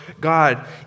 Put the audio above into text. God